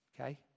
Okay